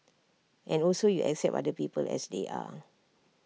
and also you accept other people as they are